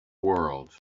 world